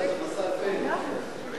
אני